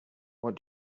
what